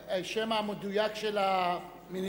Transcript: מה השם המדויק של המיניסטריון?